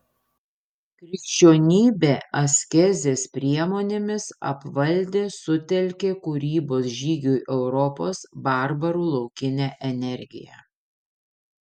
krikščionybė askezės priemonėmis apvaldė sutelkė kūrybos žygiui europos barbarų laukinę energiją